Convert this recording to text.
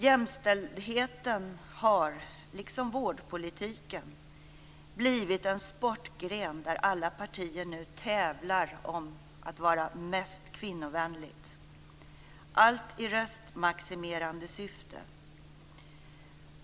Jämställdheten har, liksom vårdpolitiken, blivit en sportgren där alla partier nu tävlar om att vara mest kvinnovänliga - allt i röstmaximerande syfte.